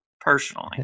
personally